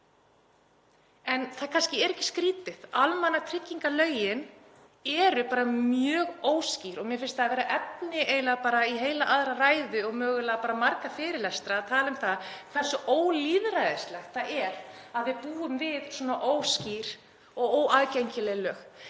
En það er kannski ekki skrýtið, almannatryggingalögin eru bara mjög óskýr og mér finnst það vera efni í eiginlega heila aðra ræðu og mögulega marga fyrirlestra að tala um það hversu ólýðræðislegt það er að við búum við svona óskýr og óaðgengileg lög.